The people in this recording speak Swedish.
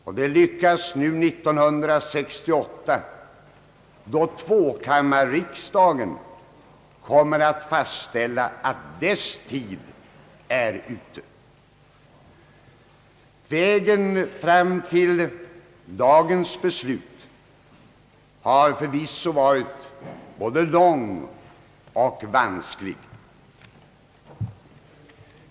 Och det lyckas nu 1968 då tvåkammarriksdagen kommer att fastställa att dess tid är ute. Vägen fram till dagens beslut har förvisso varit både lång och vansklig.